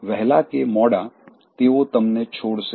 વહેલા કે મોડા તેઓ તમને છોડશે